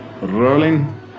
Rolling